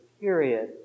period